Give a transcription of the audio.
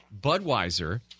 Budweiser